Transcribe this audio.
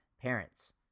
parents